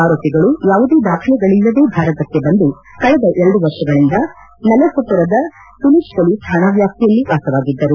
ಆರೋಪಿಗಳು ಯಾವುದೇ ದಾಖಲೆಗಳಲ್ಲದೆ ಭಾರತಕ್ಕೆ ಬಂದು ಕಳೆದ ಎರಡು ವರ್ಷಗಳಿಂದ ನಲಸೊಪರದ ತುಲಿಜ್ ಪೊಲೀಸ್ ಕಾಣಾ ವ್ಯಾಸ್ತಿಯಲ್ಲಿ ವಾಸವಾಗಿದ್ದರು